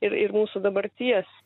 ir ir mūsų dabarties